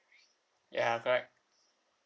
ya correct